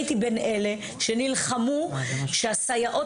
הייתי בין אלה שנלחמו על כך שהסייעות